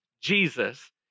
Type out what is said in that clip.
Jesus